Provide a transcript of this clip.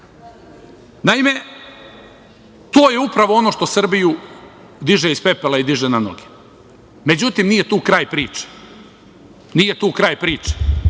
Naime, to je upravo ono što Srbiju diže iz pepela i diže na noge. Međutim, nije tu kraj priče. Ne radi